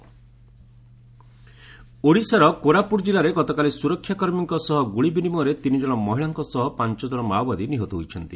ଓଡିଶା ନକ୍ସଲସ୍ ଓଡିଶାର କୋରାପୁଟ ଜିଲ୍ଲାରେ ଗତକାଲି ସୁରକ୍ଷାକର୍ମୀଙ୍କ ସହ ଗୁଳି ବିନିମୟରେ ତିନିଜଣ ମହିଳାଙ୍କ ସହ ପାଞ୍ଚଜଣ ମାଓବାଦୀ ନିହତ ହୋଇଛନ୍ତି